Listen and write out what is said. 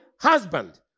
husband